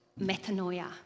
metanoia